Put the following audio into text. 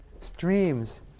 streams